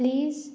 please